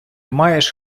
маєш